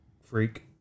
freak